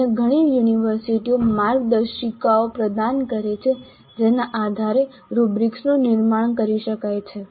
અન્ય ઘણી યુનિવર્સિટીઓ માર્ગદર્શિકાઓ પ્રદાન કરે છે જેના આધારે રુબ્રિક્સનું નિર્માણ કરી શકાય છે